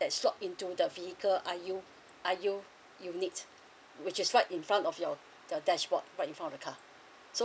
that slot into the vehicle I U I U unit which is right in front of your the dashboard right in front of the car so